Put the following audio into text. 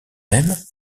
même